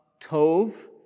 Tov